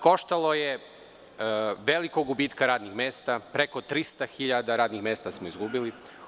Koštalo je velikog gubitka radnih mesta, preko 300 hiljada radnih mesta smo izgubili.